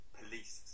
police